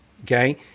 okay